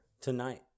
tonight